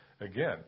Again